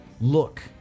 look